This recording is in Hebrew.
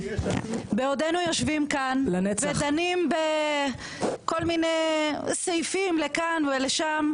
בעודנו יושבים כאן ודנים בכל מיני סעיפים לכאן ולשם,